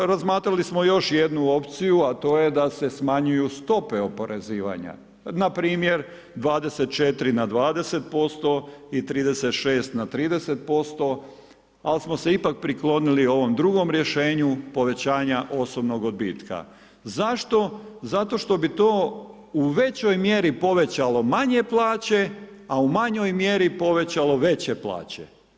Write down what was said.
Razmatrali smo još jednu opciju, a to je da se smanjuju stope oporezivanja npr. 24 na 20% i 36 na 30% al smo se ipak priklonili ovom drugom rješenju povećanja osobnog odbitka, zašto zato što bi to u većoj mjeri povećalo manje plaće, a u manjoj mjeri povećalo veće plaće.